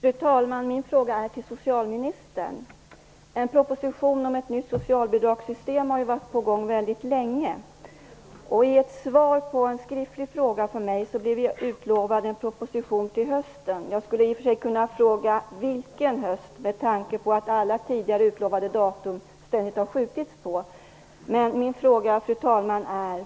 Fru talman! Min fråga riktar sig till socialministern. En proposition om ett nytt socialbidragssystem har varit på gång väldigt länge. I ett svar på en skriftlig fråga till mig utlovades en proposition till hösten. Jag skulle i och för sig kunna fråga vilken höst med tanke på att alla tidigare utlovade datum ständigt har skjutits framåt. Men min fråga är: